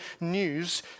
news